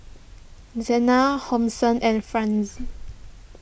Zena Hobson and Franz